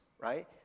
right